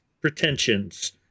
pretensions